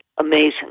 amazing